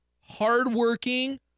hardworking